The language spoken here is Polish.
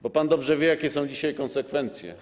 Bo pan dobrze wie, jakie są dzisiaj konsekwencje.